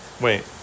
wait